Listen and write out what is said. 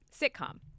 sitcom